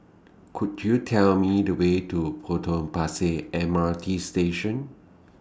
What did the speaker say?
Could YOU Tell Me The Way to Potong Pasir M R T Station